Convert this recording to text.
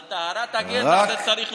על טהרת הגזע אתה צריך להיות,